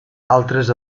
altres